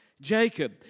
Jacob